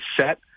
set